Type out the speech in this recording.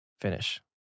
Finish